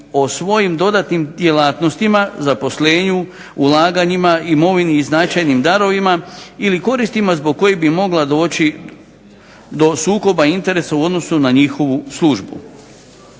o svojim dodatnim djelatnostima, zaposlenju, ulaganjima, imovini i značajnim darovima ili koristima zbog kojih bi mogla doći do sukoba interesa u odnosu na njihovu službu.